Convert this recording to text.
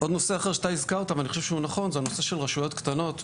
עוד נושא אחר שאתה הזכרת ואני חושב שהוא נכון זה הנושא של רשויות קטנות.